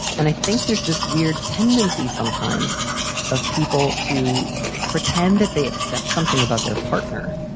and i think there's this weird tendency sometimes of people to pretend that they accept something about their partner.